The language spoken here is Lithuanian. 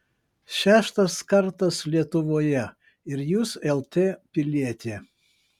šeštas kartas lietuvoje ir jūs lt pilietė